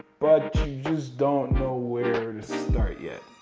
but you just don't know where to start yet.